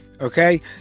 okay